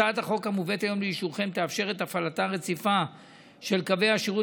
הצעת החוק המובאת היום לאישורכם תאפשר את הפעלתם הרציפה של קווי השירות